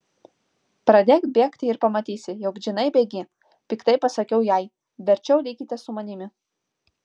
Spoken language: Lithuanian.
pradėk bėgti ir pamatysi jog džinai bėgi piktai pasakiau jai verčiau likite su manimi